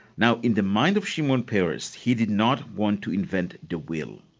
now in the mind of shimon peres, he did not want to reinvent the wheel.